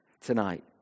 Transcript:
tonight